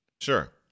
Sure